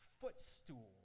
footstool